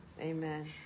Amen